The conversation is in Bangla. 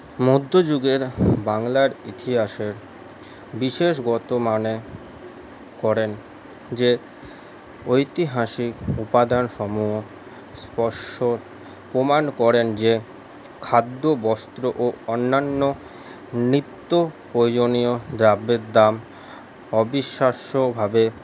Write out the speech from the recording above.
মধ্যযুগের বাংলার ইতিহাসের বিশেষগত মানে করেন যে ঐতিহাসিক উপাদানসমূহ স্পষ্ট প্রমাণ করেন যে খাদ্য বস্ত্র ও অন্যান্য নিত্যপ্রয়োজনীয় দ্রব্যের দাম অবিশ্বাস্যভাবে